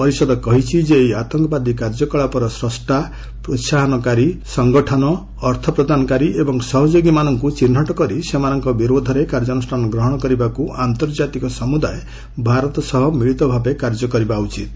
ପରିଷଦ କହିଛି ଯେ ଏହି ଆତଙ୍କବାଦୀ କାର୍ଯ୍ୟକଳାପର ସ୍ରଷ୍ଟା ପ୍ରୋହାହନକାରୀ ସଂଗଠନ ସଂଗଠନ ଅର୍ଥପ୍ରଦାନକାରୀ ଏବଂ ସହଯୋଗୀମାନଙ୍କୁ ଚିହ୍ନଟ କରି ସେମାନଙ୍କ ବିରୁଦ୍ଧରେ କାର୍ଯ୍ୟାନୁଷ୍ଠାନ ଗ୍ରହଣ କରିବାକୁ ଆନ୍ତର୍ଜାତିକ ସମୁଦାୟ ଭାରତ ସହ ମିଳିତ ଭାବେ କାର୍ଯ୍ୟ କରିବା ଉଚିତ୍